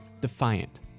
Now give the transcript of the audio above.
Defiant